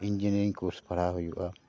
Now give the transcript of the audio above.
engineering course ᱯᱟᱲᱦᱟᱣ ᱦᱩᱭᱩᱜᱼᱟ